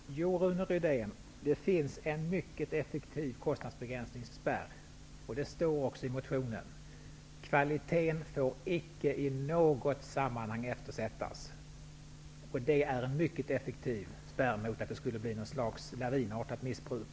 Herr talman! Jo, Rune Rydén, det finns en mycket effektiv kostnadsbegränsningsspärr. Det står också i motionen. Kvaliteten får icke i något sammanhang eftersättas. Det är en mycket effektiv spärr mot att det skulle bli något slags lavinartat missbruk.